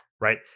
right